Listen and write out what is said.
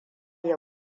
ya